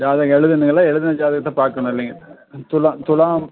ஜாதகம் எழுதணுங்களா எழுதுன ஜாதகத்தை பார்க்கணும் இல்லைங்க துலாம் துலாம்